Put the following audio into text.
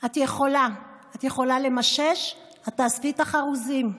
את יכולה, את יכולה למשש, את תאספי את החרוזים.